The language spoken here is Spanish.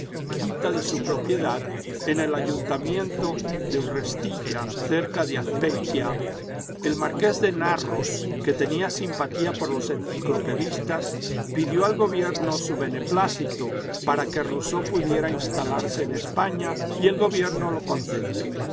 quinta de su propiedad en el ayuntamiento de urrestilla cerca de azpeitia el marqués de narros que tenía simpatía por los enciclopedistas pidió al gobierno su beneplácito para que rousseau pudiera instalarse en españa y el gobierno lo concedió